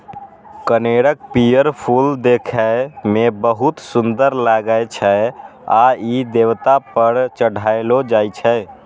कनेरक पीयर फूल देखै मे बहुत सुंदर लागै छै आ ई देवता पर चढ़ायलो जाइ छै